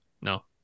No